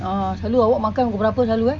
ah selalu awak makan pukul berapa selalu eh